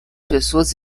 pessoas